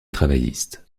travailliste